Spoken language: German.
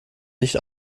nicht